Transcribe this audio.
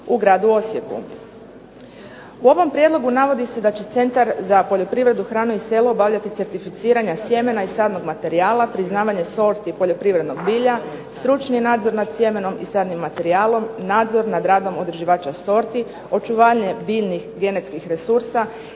U ovom prijedlogu navodi se da će Centar za poljoprivredu, hranu i selo obavljati certificiranja sjemena i sadnog materijala, priznavanje sorti poljoprivrednog bilja, stručni nadzor nad sjemenom i sadnim materijalom, nadzor nad radom održivača sorti, očuvanje biljnih genetskih resursa